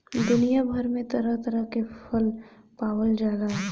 दुनिया भर में तरह तरह के फल पावल जाला